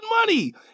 money